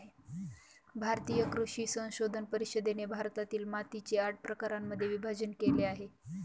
भारतीय कृषी संशोधन परिषदेने भारतातील मातीचे आठ प्रकारांमध्ये विभाजण केले आहे